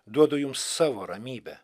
duodu jums savo ramybę